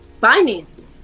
finances